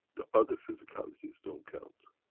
the other physicalities don't count.